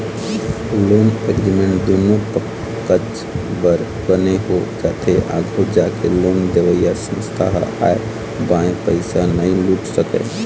loan agreement दुनो पक्छ बर बने हो जाथे आघू जाके लोन देवइया संस्था ह आंय बांय पइसा नइ लूट सकय